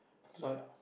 what